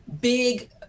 big